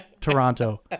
toronto